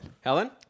Helen